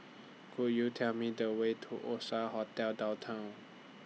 Could YOU Tell Me The Way to Oasia Hotel Downtown